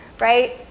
right